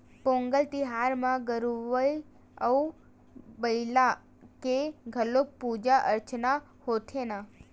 पोंगल तिहार म गरूवय अउ बईला के घलोक पूजा अरचना होथे न